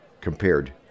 compared